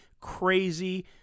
crazy